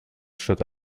statt